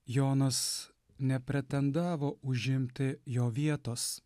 jonas nepretendavo užimti jo vietos